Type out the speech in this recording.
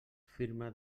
firma